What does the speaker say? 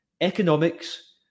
economics